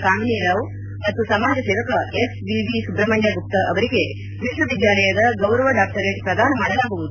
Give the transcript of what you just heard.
ಕಾಮಿನಿ ರಾವ್ ಮತ್ತು ಸಮಾಜಸೇವಕ S A V Subrahmanya Gupta ಅವರಿಗೆ ವಿಶ್ವವಿದ್ಯಾಲಯದ ಗೌರವ ಡಾಕ್ಟರೇಟ್ ಪ್ರದಾನ ಮಾಡಲಾಗುವುದು